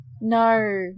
No